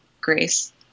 grace